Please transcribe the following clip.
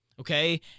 Okay